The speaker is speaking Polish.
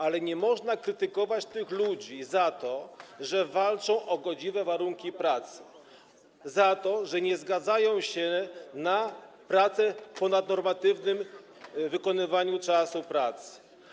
Ale nie można krytykować tych ludzi za to, że walczą o godziwe warunki pracy, za to, że nie zgadzają się na pracę w ponadnormatywnym czasie pracy.